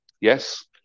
Yes